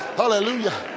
hallelujah